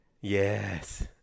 Yes